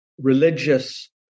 religious